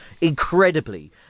Incredibly